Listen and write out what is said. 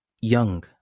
young